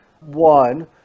One